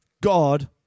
god